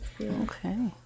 okay